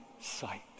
sight